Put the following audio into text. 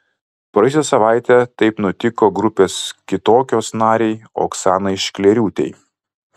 praėjusią savaitę taip nutiko grupės kitokios narei oksanai šklėriūtei